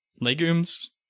Legumes